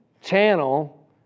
channel